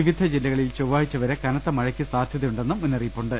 വിവിധ ജില്ലകളിൽ ചൊവ്വാ ഴ്ചവരെ കനത്ത മഴക്ക് സാധ്യതയുണ്ടെന്ന് മുന്നറിയിപ്പുണ്ട്